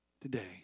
today